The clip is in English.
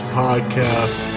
podcast